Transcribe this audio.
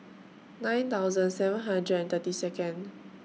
nine thousand seven hundred and thirty Second